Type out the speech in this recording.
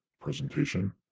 presentation